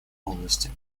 области